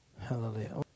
Hallelujah